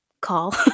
call